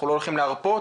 אנחנו לא הולכים להרפות,